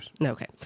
okay